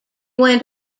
went